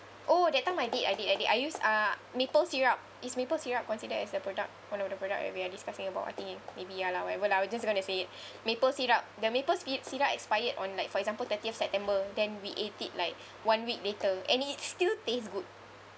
oh that time I did I did I did I use uh maple syrup is maple syrup consider as a product one of the product that we are discussing about I think it maybe ya lah whatever lah I was just gonna say it maple syrup the maple ski~ syrup expired on like for example thirtieth september then we ate it like one week later and it still tastes good